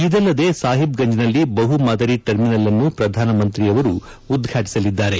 ಇದಲ್ಲದೆ ಸಾಹಿಬ್ಗಂಜ್ನಲ್ಲಿ ಬಹುಮಾದರಿ ಟರ್ಮಿನಲ್ ಅನ್ನು ಪ್ರಧಾನ ಮಂತ್ರಿಯವರು ಉದ್ಘಾಟಿಸಲಿದ್ದಾರೆ